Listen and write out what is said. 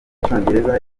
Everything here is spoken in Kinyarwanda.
icyongereza